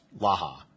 Laha